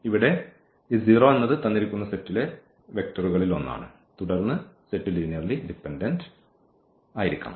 ഇവിടെ ഈ 0 എന്നത് തന്നിരിക്കുന്ന സെറ്റിലെ വെക്റ്ററുകളിൽ ഒന്നാണ് തുടർന്ന് സെറ്റ് ലീനിയർലി ഡിപെൻഡന്റ് ആയിരിക്കണം